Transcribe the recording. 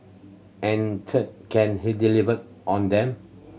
and third can he deliver on them